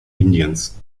indiens